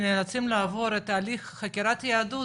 שנאלצים לעבור תהליך חקירת יהדות,